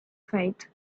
faith